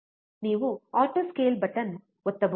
ನೀವು auto scale button ಒತ್ತಬಹುದೇ